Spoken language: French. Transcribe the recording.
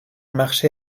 marché